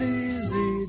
easy